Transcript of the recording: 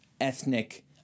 ethnic